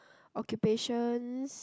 occupations